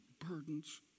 burdens